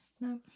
No